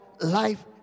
life